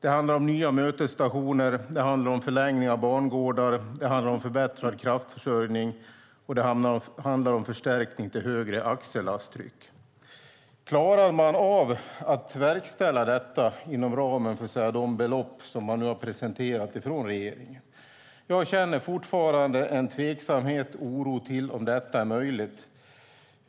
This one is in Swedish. Det handlar om nya mötesstationer, om förlängning av bangårdar, om förbättrad kraftförsörjning och om förstärkning till högre axellasttryck. Klarar man av att verkställa detta inom ramen för de belopp som man nu har presenterat från regeringen? Jag känner fortfarande en tveksamhet till och oro för om detta är möjligt.